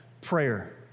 prayer